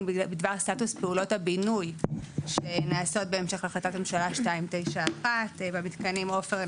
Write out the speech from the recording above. בדבר סטטוס פעולות הבינוי שנעשות בהמשך להחלטת הממשלה 291 במתקנים עופר,